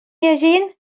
llegint